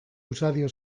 usadio